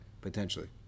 potentially